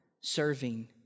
serving